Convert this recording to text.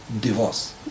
divorce